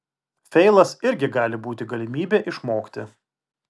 feilas irgi gali būti galimybė išmokti